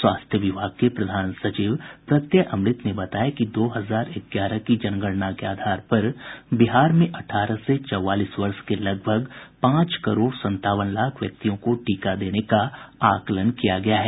स्वास्थ्य विभाग के प्रधान सचिव प्रत्यय अमृत ने बताया कि दो हजार ग्यारह की जनगणना के आधार पर बिहार में अठारह से चौवालीस वर्ष के लगभग पांच करोड़ संतावन लाख व्यक्तियों को टीका देने का आकलन किया गया है